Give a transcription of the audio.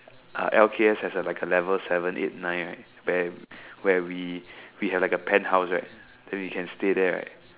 uh L_K_S has a like a level seven eight nine where we where we have a penthouse right then we can stay there right